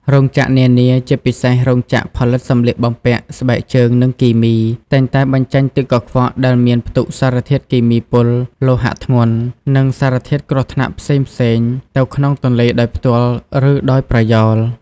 រោងចក្រនានា ជាពិសេសរោងចក្រផលិតសម្លៀកបំពាក់ ស្បែកជើង និងគីមី តែងតែបញ្ចេញទឹកកខ្វក់ដែលមានផ្ទុកសារធាតុគីមីពុល លោហៈធ្ងន់ និងសារធាតុគ្រោះថ្នាក់ផ្សេងៗទៅក្នុងទន្លេដោយផ្ទាល់ ឬដោយប្រយោល។